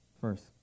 First